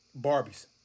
Barbies